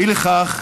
אי לכך,